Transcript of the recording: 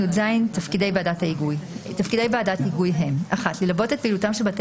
220יז.תפקידי ועדת ההיגוי ללוות את פעילותם של בתי